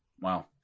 Wow